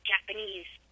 Japanese